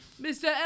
mr